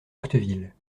octeville